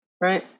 right